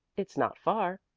it's not far.